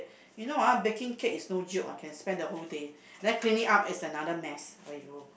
you know ah baking cake is no joke ah can spend the whole day then cleaning up is another mess !aiyo!